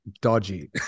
dodgy